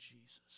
Jesus